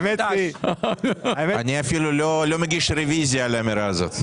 אני אפילו לא מגיש רוויזיה על האמירה הזאת.